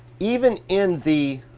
even in the